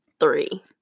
three